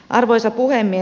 arvoisa puhemies